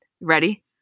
ready